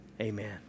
amen